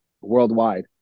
worldwide